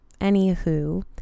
anywho